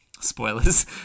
Spoilers